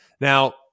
Now